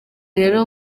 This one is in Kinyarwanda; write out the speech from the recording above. rero